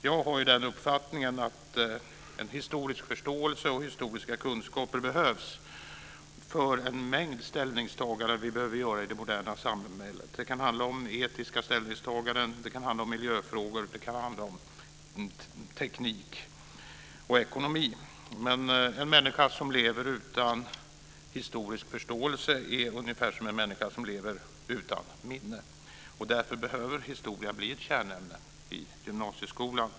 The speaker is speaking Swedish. Jag har uppfattningen att en historisk förståelse och historiska kunskaper behövs för en mängd ställningstaganden som vi behöver göra i det moderna samhället. Det kan handla om etiska ställningstaganden, miljöfrågor, teknik, ekonomi osv. En människa som lever utan historisk förståelse är ungefär som en människa som lever utan minne. Därför behöver historia bli ett kärnämne i gymnasieskolan.